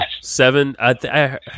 seven